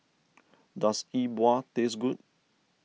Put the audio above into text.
does Yi Bua taste good